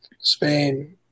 Spain